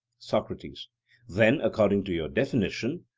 socrates then, according to your definition,